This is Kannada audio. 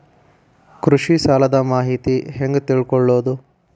ಕೃಷಿ ಸಾಲದ ಮಾಹಿತಿ ಹೆಂಗ್ ತಿಳ್ಕೊಳ್ಳೋದು?